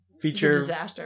feature